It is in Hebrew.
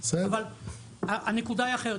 אבל הנקודה היא אחרת.